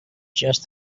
just